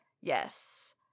Yes